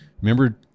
Remember